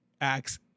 acts